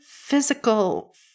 physical